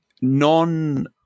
non